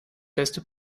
beste